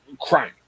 crime